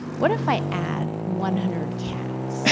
what if i add one hundred cats.